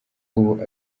ubu